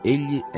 Egli